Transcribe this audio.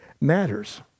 matters